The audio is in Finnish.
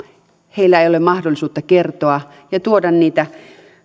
heillä ei ole mahdollisuutta kertoa ja tuoda niitä